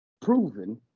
proven